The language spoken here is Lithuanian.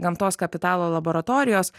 gamtos kapitalo laboratorijos